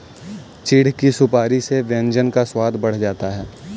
चिढ़ की सुपारी से व्यंजन का स्वाद बढ़ जाता है